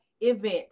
event